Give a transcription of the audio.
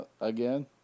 Again